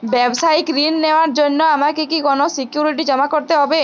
ব্যাবসায়িক ঋণ নেওয়ার জন্য আমাকে কি কোনো সিকিউরিটি জমা করতে হবে?